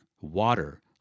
water